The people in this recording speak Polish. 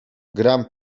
gram